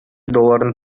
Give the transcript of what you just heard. долларын